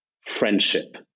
friendship